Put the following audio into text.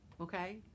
Okay